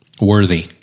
worthy